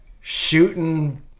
shooting